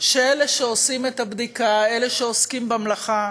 שאלה שעושים את הבדיקה, אלה שעוסקים במלאכה,